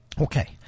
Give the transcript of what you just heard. Okay